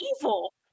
evil